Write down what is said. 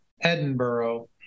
Edinburgh